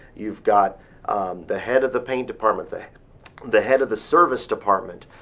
you've got the head of the paint department, the the head of the service department,